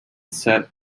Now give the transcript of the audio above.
set